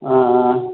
ஆ ஆ